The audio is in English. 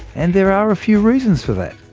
and there are a few reasons for that.